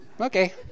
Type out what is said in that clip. Okay